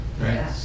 Right